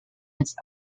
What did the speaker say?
its